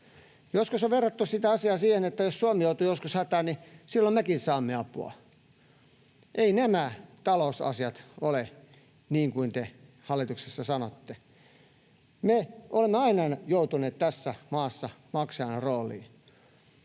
Joskus on verrattu sitä asiaa siihen, että jos Suomi joutuu joskus hätään, silloin mekin saamme apua. Eivät nämä talousasiat ole niin kuin te hallituksessa sanotte. Me olemme tässä maassa aina joutuneet maksajan rooliin.